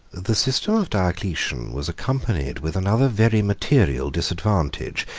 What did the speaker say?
the system of diocletian was accompanied with another very material disadvantage,